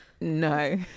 no